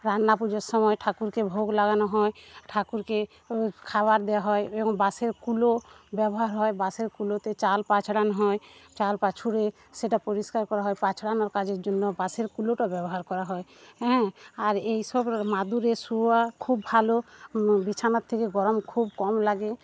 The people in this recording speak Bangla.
রান্না পুজোর সময় ঠাকুরকে ভোগ লাগানো হয় ঠাকুরকে খাবার দেওয়া হয় এবং বাঁশের কুলো ব্যবহার হয় বাঁশের কুলোতে চাল পাছড়ানো হয় চাল পাছড়ে সেটা পরিষ্কার করা হয় পাছড়ানো কাজের জন্য বাঁশের কুলোটা ব্যবহার করা হয় হ্যাঁ আর এই সব মাদুরে শোয়া খুব ভালো বিছানার থেকে গরম খুব কম লাগে